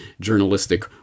journalistic